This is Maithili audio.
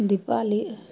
दीपाबली